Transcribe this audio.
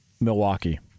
Milwaukee